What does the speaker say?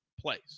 plays